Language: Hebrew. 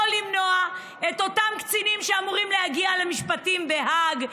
יכול למנוע את אותם קצינים שאמורים להגיע למשפטים בהאג,